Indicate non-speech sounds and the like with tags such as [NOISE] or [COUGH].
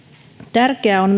tärkeää on [UNINTELLIGIBLE]